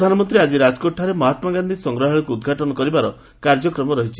ପ୍ରଧାନମନ୍ତ୍ରୀ ଆଜି ରାଜକୋଟଠାରେ ମହାତ୍ମାଗାନ୍ଧି ସଂଗ୍ରହାଳୟକୁ ଉଦ୍ଘାଟନ କରିବାର କାର୍ଯ୍ୟସ୍ତଚୀ ରହିଛି